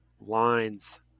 lines